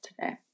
today